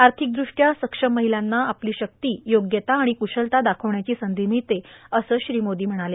आर्थिकदृष्ट्या सक्षम महिलांना आपली शक्ती योग्यता आणि कुशलता दाखवण्याची संधी मिळते असं श्री मोदी म्हणाले